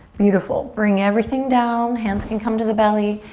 beautiful, bring everything down, hands can come to the belly.